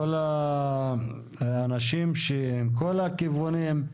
האנשים מכל הכיוונים,